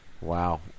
Wow